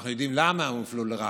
אנחנו יודעים למה הופלו לרעה,